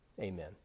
amen